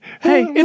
hey